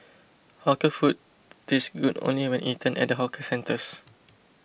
hawker food tastes good only when eaten at the hawker centres